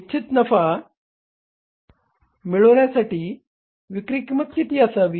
इच्छित नफा मिळविण्यासाठी विक्री किंमत किती असावी